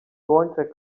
słońce